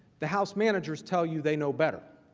the house managers tell you they know better.